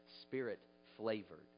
spirit-flavored